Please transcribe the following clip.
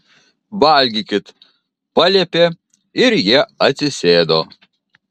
valgykit paliepė ir jie atsisėdo